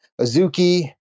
Azuki